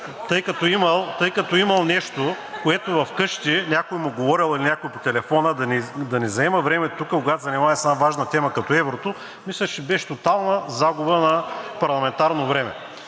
тъй като имал нещо, което вкъщи някой му говорил или някой по телефона, да ни заема времето тук, когато се занимаваме с една важна тема като еврото, мисля, че беше тотална загуба на парламентарно време.